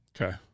okay